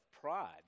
pride